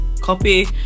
copy